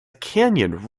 canyon